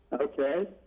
Okay